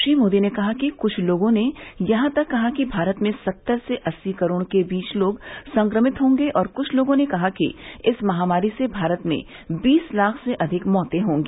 श्री मोदी ने कहा कि कुछ लोगों ने यहां तक कहा कि भारत में सत्तर से अस्सी करोड़ के बीच लोग संक्रमित होंगे और कुछ लोगों ने कहा कि इस महामारी से भारत में बीस लाख से अधिक मौतें होंगी